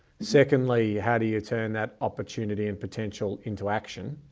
secondly, how do you turn that opportunity and potential into action?